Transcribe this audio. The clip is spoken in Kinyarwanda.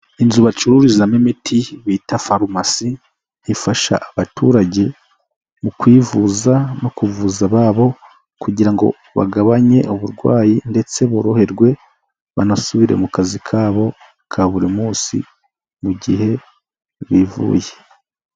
Inzu bacururizamo imiti bita farumasi ifasha abaturage mu kwivuza no kuvuza ababo kugira ngo bagabanye uburwayi ndetse boroherwe banasubire mu kazi kabo ka buri munsi mu gihe bivuye.